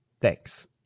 Thanks